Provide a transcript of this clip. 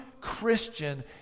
Christian